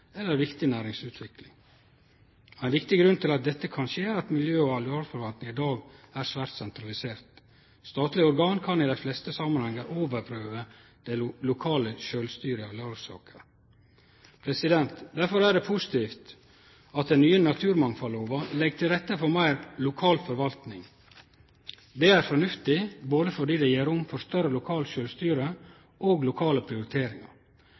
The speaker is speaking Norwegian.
viktig næringsutvikling. Ein viktig grunn til at dette kan skje, er at miljø- og arealforvaltninga i dag er svært sentralisert. Statlege organ kan i dei fleste samanhengar overprøve det lokale sjølvstyret i arealsaker. Derfor er det positivt at den nye naturmangfaldlova legg til rette for meir lokal forvaltning. Det er fornuftig fordi det gjev rom for både større lokalt sjølvstyre og lokale prioriteringar.